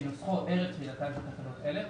כנוסחו ערב תחילתן של תקנות אלה,